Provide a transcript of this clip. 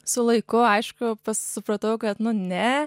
su laiku aišku supratau kad nu ne